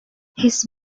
his